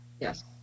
Yes